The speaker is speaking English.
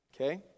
Okay